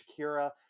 Shakira